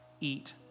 eat